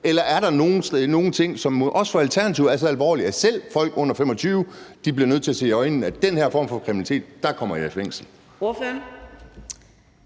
Alternativet nogle ting, der er så alvorlige, at selv folk under 25 år bliver nødt til at se i øjnene, at de med den her form for kriminalitet kommer i fængsel?